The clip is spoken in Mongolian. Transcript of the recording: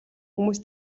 хүмүүс